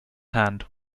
hand